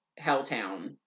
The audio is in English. Helltown